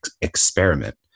experiment